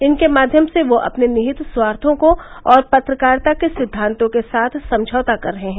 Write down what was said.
इनके माध्यम से वह अपने निहित स्वार्थों को और पत्रकारिता के सिद्वातों के साथ समझौता कर रहे हैं